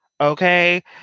Okay